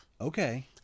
Okay